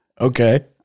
Okay